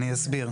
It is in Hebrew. אני אסביר.